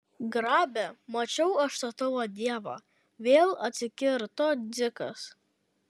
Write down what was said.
grabe mačiau aš tą tavo dievą vėl atsikirto dzikas